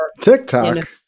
TikTok